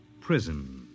prison